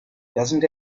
doesn’t